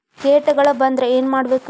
ಕೇಟಗಳ ಬಂದ್ರ ಏನ್ ಮಾಡ್ಬೇಕ್?